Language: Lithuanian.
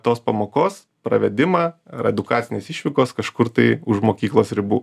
tos pamokos pravedimą ar edukacinės išvykos kažkur tai už mokyklos ribų